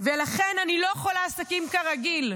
ולכן אני לא יכולה עסקים כרגיל.